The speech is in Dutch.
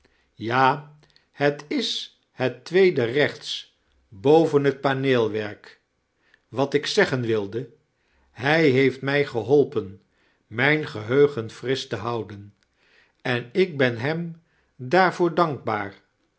ja het is het tweede rechia haven het paneelwerk wat ik zeggen wirc hij heefit mij gehioipen mijn geheugen frisch te hiouden en ik ben hem daaxvoor dankbaar